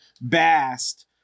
Bast